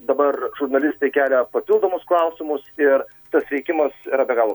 dabar žurnalistai kelia papildomus klausimus ir tas veikimas yra be galo